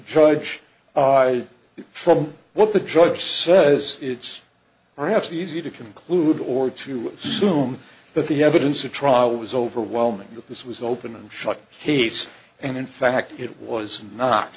judge from what the judge says it's perhaps easy to conclude or to zoom but the evidence at trial was overwhelming that this was open and shut case and in fact it was not